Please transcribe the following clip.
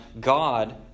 God